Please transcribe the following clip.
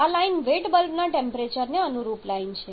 આ line wet બલ્બના ટેમ્પરેચરને અનુરૂપ લાઈન છે